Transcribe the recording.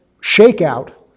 shakeout